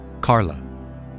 Carla